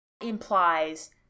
implies